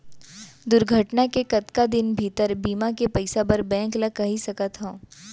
दुर्घटना के कतका दिन भीतर बीमा के पइसा बर बैंक ल कई सकथन?